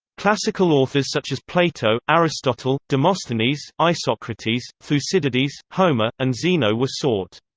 classical authors such as plato, aristotle, demosthenes, isocrates, thucydides, homer, and zeno were sought.